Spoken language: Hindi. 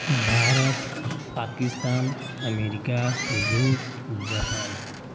भारत पाकिस्तान अमेरिका रूस जापान